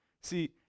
See